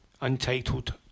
Untitled